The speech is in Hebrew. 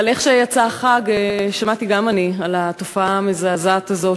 אבל איך שיצא החג שמעתי גם אני על התופעה המזעזעת הזאת,